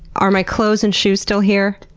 are my clothes and shoes still here?